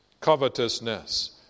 covetousness